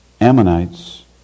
Ammonites